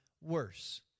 worse